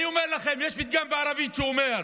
אני אומר לכם, יש פתגם בערבית שאומר: